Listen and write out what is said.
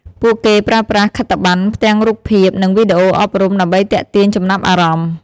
ពួកគេប្រើប្រាស់ខិត្តប័ណ្ណ ផ្ទាំងរូបភាព និងវីដេអូអប់រំ ដើម្បីទាក់ទាញចំណាប់អារម្មណ៍។